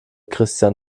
christian